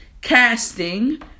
casting